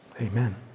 Amen